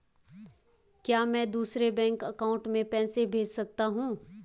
क्या मैं दूसरे बैंक अकाउंट में पैसे भेज सकता हूँ?